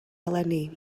eleni